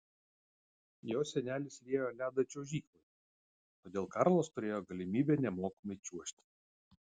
jo senelis liejo ledą čiuožykloje todėl karlas turėjo galimybę nemokamai čiuožti